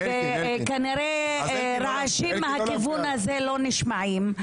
כנראה הרעשים מהכיוון הזה לא נשמעים.